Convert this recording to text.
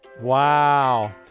wow